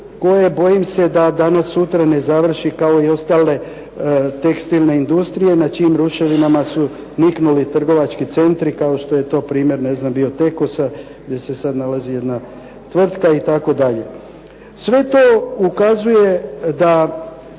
koje, bojim se, da danas sutra ne završi kao i ostale tekstilne industrije na čijim ruševinama su niknuli trgovački centri, kao što je to primjer BIOTEX-a gdje se sad nalazi jedna tvrtka itd. Sve to ukazuje da